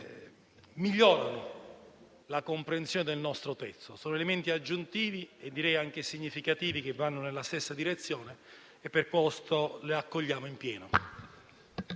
migliorano la comprensione del nostro testo. Sono elementi aggiuntivi e anche significativi, che vanno nella stessa direzione. Per questo motivo, le accogliamo in pieno.